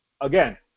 Again